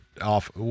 off